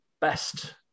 Best